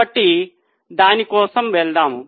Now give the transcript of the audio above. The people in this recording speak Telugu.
కాబట్టి దాని కోసం వెళ్దాం